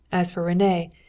as for rene,